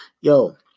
Yo